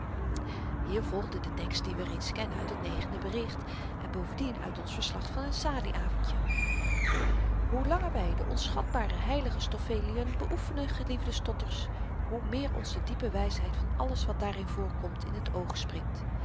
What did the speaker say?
hier volgde de tekst dien we reeds kennen uit t negende bericht en bovendien uit ons verslag van het salie avendje hoe langer wy de onschatbare heilige stoffeliën beoefenen geliefde stotters hoe meer ons de diepe wysheid van alles wat daarin voorkomt in het oog springt